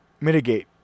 mitigate